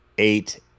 Eight